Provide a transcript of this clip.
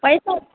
पैसा